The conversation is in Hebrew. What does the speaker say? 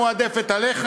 המועדפת עליך,